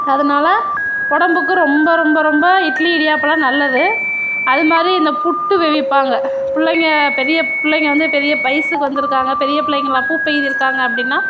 அதனால் உடம்புக்கு ரொம்ப ரொம்ப ரொம்ப இட்லி இடியாப்பலாம் நல்லது அது மாதிரி இந்த புட்டு அவிப்பாங்க பிள்ளைங்க பெரிய பிள்ளைங்க வந்து பெரிய வயசுக்கு வந்திருக்காங்க பெரிய பிள்ளைங்களா பூப்பெய்திருக்காங்க அப்படின்னா